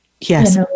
Yes